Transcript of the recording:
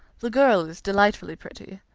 the girl is delightfully pretty,